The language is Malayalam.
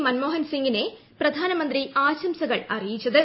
മൻമോഹൻ സിങ്ങിനെ പ്രധാനമന്ത്രി ആശംസകളറിയിച്ചത്